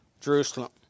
Jerusalem